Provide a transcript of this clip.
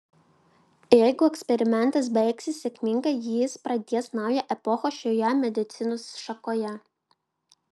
jeigu eksperimentas baigsis sėkmingai jis pradės naują epochą šioje medicinos šakoje